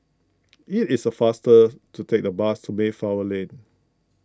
it is a faster to take the bus to Mayflower Lane